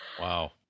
Wow